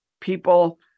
people